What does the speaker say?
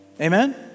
Amen